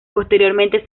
posteriormente